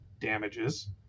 damages